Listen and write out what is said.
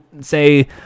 say